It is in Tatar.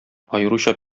аеруча